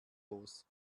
los